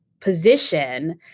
position